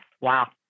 Wow